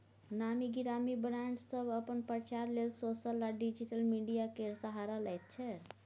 नामी गिरामी ब्राँड सब अपन प्रचार लेल सोशल आ डिजिटल मीडिया केर सहारा लैत छै